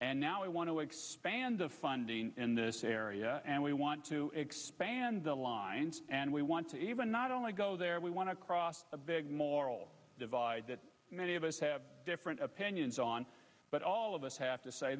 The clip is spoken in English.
and now we want to expand the funding in this area and we want to expand the lines and we want to even not only go there we want to cross the divide that many of us have different opinions on but all of us have to say